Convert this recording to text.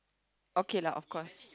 okay lah of course